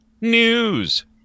news